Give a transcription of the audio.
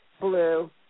blue